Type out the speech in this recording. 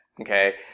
Okay